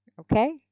Okay